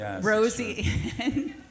rosie